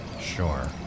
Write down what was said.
Sure